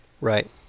right